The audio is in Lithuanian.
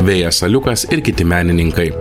vėjas aliukas ir kiti menininkai